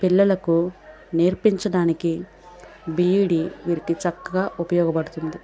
పిల్లలకు నేర్పించడానికి బీఈడీ వీరికి చక్కగా ఉపయోగపడుతుంది